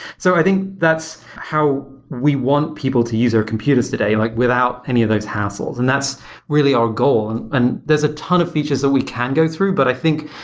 so i think that's how we want people to use our computers today like without any of those hassles, and that's really our goal. and and there's a ton of features that we can go through, but i think,